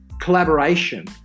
collaboration